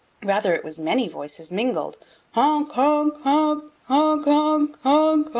rather it was many voices mingled honk, honk, honk, honk, honk, honk,